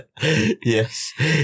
Yes